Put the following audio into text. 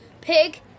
Pig